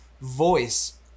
voice